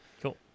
Cool